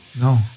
No